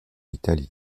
italie